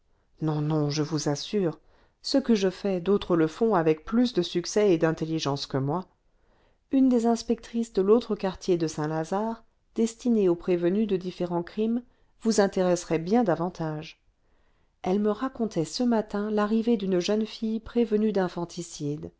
non non je vous assure ce que je fais d'autres le font avec plus de succès et d'intelligence que moi une des inspectrices de l'autre quartier de saint-lazare destinée aux prévenues de différents crimes vous intéresserait bien davantage elle me racontait ce matin l'arrivée d'une jeune fille prévenue